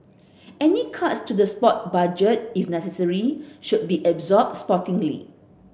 any cuts to the sport budget if necessary should be absorbed sportingly